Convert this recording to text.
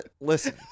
Listen